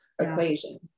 equation